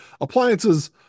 appliances